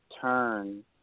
turn